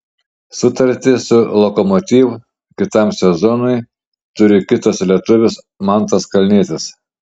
sutartį su lokomotiv kitam sezonui turi kitas lietuvis mantas kalnietis